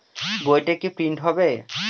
বইটা কি প্রিন্ট হবে?